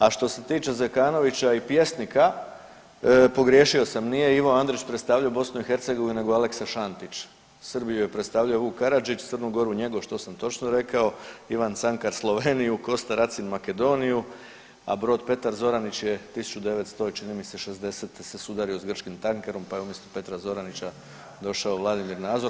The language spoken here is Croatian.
A što se tiče Zekanovića i pjesnika, pogriješio sam, nije Ivo Andrić predstavljao BiH nego je Aleksa Šantić, Srbiju je predstavljao Vuk Karadžić, Srbiju Njegoš to sam točno rekao, Ivan Cankar Sloveniju, Kosta Racin Makedoniju, a brod Petar Zoranić je 1900 čini mi se '60.se sudario s grčkim tankerom pa je umjesto Petra Zoranića došao Vladimir Nazor.